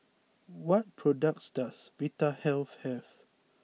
what products does Vitahealth have